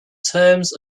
terms